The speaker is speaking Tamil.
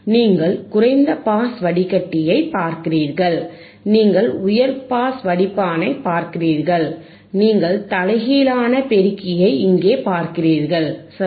நீங்கள் குறைந்த பாஸ் வடிகட்டியை பார்க்கிறீர்கள் நீங்கள் உயர் பாஸ் வடிப்பானைப் பார்க்கிறீர்கள் நீங்கள் தலைகீழான பெருக்கியை இங்கே பார்க்கிறீர்கள் சரி